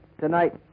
tonight